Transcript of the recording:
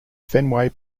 fenway